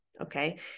okay